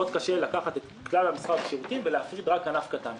קשה מאוד לקחת את כלל המסחר והשירותים ולהפריד רק ענף קטן.